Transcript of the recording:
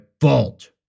fault